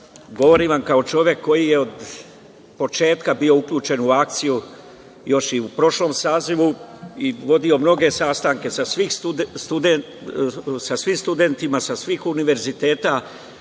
Govorim vam kao čovek koji je od početka bio uključen u akciju još u prošlom sazivu i vodio mnoge sastanke sa svim studentima, sa svih univerziteta.